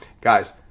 guys